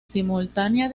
simultánea